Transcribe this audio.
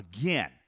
again